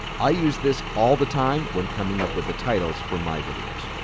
i use this all the time when coming up with the titles for my videos.